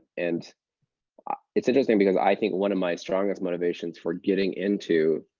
and ah it's interesting, because i think one of my strongest motivations for getting into